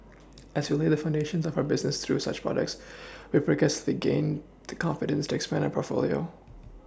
as we laid the foundations of our businesses through such projects we progressively gained the confidence to expand our portfolio